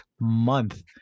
month